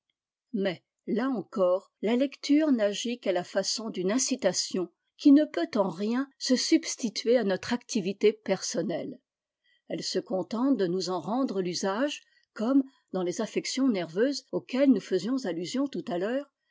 mais là encore la lecture n'agit qu'à la façon d'une incitation qui ne peut enrien se substituer à notre activité personnelle elle se contente de nous en rendre l'usage comme dans les affections nerveuses auxquelles nous faisions allusion tout à l'heure